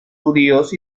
judíos